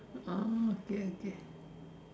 oh okay okay